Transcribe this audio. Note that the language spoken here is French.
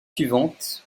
suivante